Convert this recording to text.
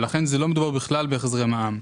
לכן לא מדובר בכלל בהחזרי מע"מ.